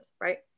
right